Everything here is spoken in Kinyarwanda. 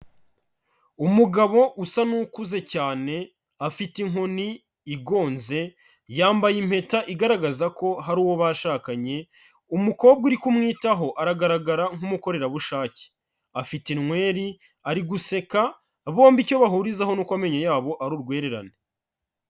Umugabo usa n'ukuze cyane afite inkoni igonze, yambaye impeta igaragaza ko hari uwo bashakanye, umukobwa uri kumwitaho aragaragara nk'umukorerabushake, afite inweri, ari guseka, bombi icyo bahurizaho ni uko amenyo yabo ari urwererane.